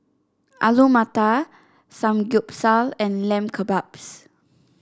Alu Matar Samgyeopsal and Lamb Kebabs